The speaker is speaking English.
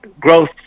growth